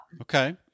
Okay